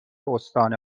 استان